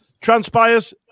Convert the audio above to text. Transpires